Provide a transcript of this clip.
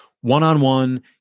one-on-one